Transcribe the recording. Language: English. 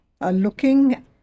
looking